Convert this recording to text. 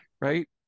Right